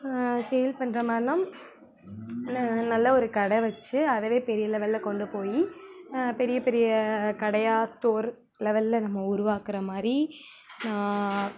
sale பண்ணுற மாதிரின்னா நல்லா ஒரு கடை வச்சு அதைவே பெரிய லெவலில் கொண்டுப் போய் பெரிய பெரிய கடையாக ஸ்டோர் லெவலில் நம்ம உருவாக்கிற மாதிரி நான்